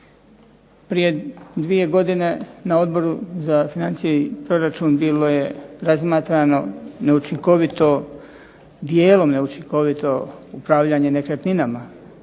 Prije 2 godine na Odboru za financije i proračun bilo je razmatrano neučinkovito, dijelom neučinkovito upravljanje nekretninama.